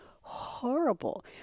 horrible